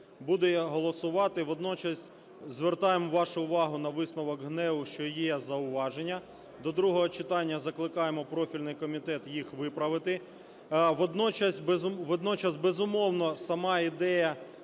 буде голосувати. Водночас звертаємо вашу увагу на висновок ГНЕУ, що є зауваження. До другого читання закликаємо профільний комітет їх виправити. Водночас, безумовно, сама ідея